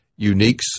uniques